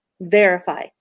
verify